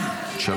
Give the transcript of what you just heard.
משתמטים.